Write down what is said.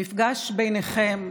המפגש ביניכם,